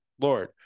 Lord